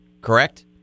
correct